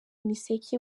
miseke